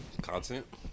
Content